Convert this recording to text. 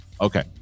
okay